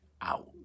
out